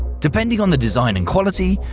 depending on the design and quality,